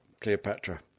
Cleopatra